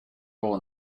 role